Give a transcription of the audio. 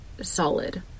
solid